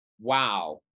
wow